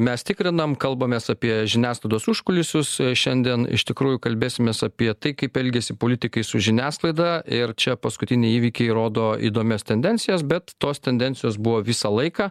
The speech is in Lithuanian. mes tikrinam kalbamės apie žiniasklaidos užkulisius šiandien iš tikrųjų kalbėsimės apie tai kaip elgiasi politikai su žiniasklaida ir čia paskutiniai įvykiai rodo įdomias tendencijas bet tos tendencijos buvo visą laiką